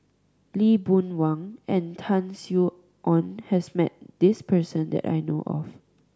Lee Boon Wang and Tan Sin Aun has met this person that I know of